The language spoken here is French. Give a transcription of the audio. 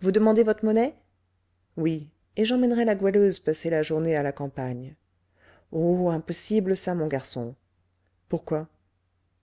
vous demandez votre monnaie oui et j'emmènerai la goualeuse passer la journée à la campagne oh impossible ça mon garçon pourquoi